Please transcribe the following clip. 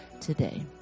today